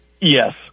Yes